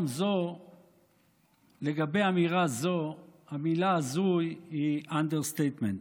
גם לגבי אמירה זאת המילה "הזוי" היא אנדרסטייטמנט.